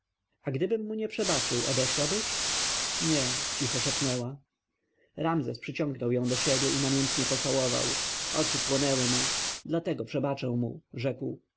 a gdybym mu nie przebaczył odeszłabyś nie cicho szepnęła ramzes przyciągnął ją do siebie i namiętnie pocałował oczy płonęły mu dlatego przebaczę mu rzekł